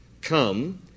Come